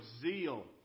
zeal